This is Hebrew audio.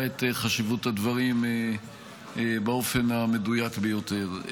את חשיבות הדברים באופן המדויק ביותר.